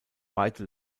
beide